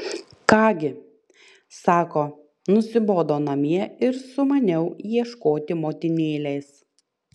ką gi sako nusibodo namie ir sumaniau ieškoti motinėlės